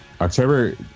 October